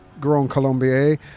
Grand-Colombier